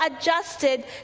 adjusted